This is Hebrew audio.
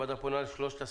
הוועדה פונה לשלושת השרים,